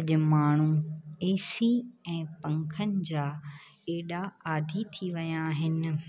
अॼु माण्हू एसी ऐं पंखनि जा एॾा आदी थी विया आहिनि